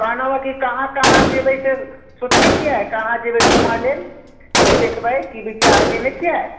कहलहुँ हँ कि कहाँ कहाँ जयबै से सोचने छियै कहाँ जयबै घुमऽ लेल की देखबै की विचार कयने छियै